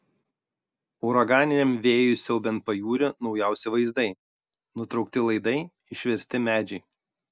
uraganiniam vėjui siaubiant pajūrį naujausi vaizdai nutraukti laidai išversti medžiai